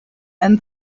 and